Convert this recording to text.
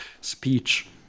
speech